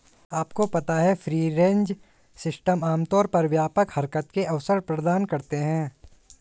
आपको पता है फ्री रेंज सिस्टम आमतौर पर व्यापक हरकत के अवसर प्रदान करते हैं?